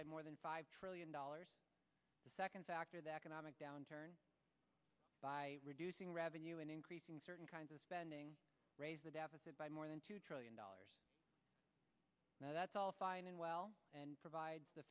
by more than five trillion dollars the second factor that comic downturn by reducing revenue and increasing certain kinds of spending raise the deficit by more than two trillion dollars now that's all fine and well and provide the